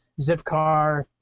Zipcar